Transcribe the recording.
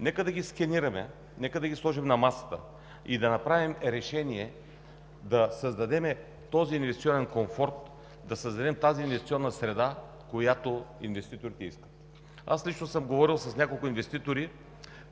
Нека да ги сканираме, да ги сложим на масата и да вземем решение да създадем инвестиционен комфорт, да създадем тази инвестиционна среда, която инвеститорите искат. Аз лично съм говорил с няколко инвеститори,